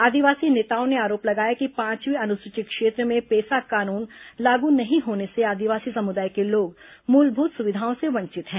आदिवासी नेताओं ने आरोप लगाया कि पांचवीं अनुसूची क्षेत्र में पेसा कानून लागू नहीं होने से आदिवासी समुदाय के लोग मूलभूत सुविधाओं से वंचित हैं